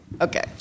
Okay